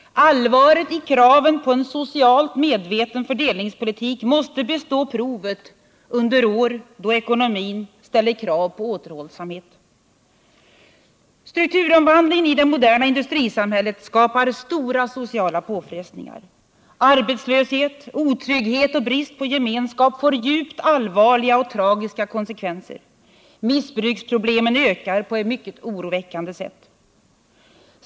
Allvaret i kraven på en socialt medveten fördelningspolitik måste bestå provet under år då ekonomin ställer krav på återhållsamhet. Strukturomvandlingen i det moderna industrisamhället skapar stora sociala påfrestningar. Arbetslöshet, otrygghet och brist på gemenskap får djupt allvarliga och tragiska konsekvenser. Missbruksproblemen ökar på ett mycket oroväckande sätt.